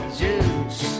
juice